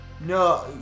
No